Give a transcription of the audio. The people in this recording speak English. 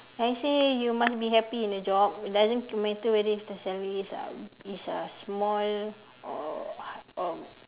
I say you must be happy in a job it doesn't matter whether if the salary is a uh is uh small or um